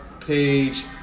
page